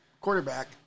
quarterback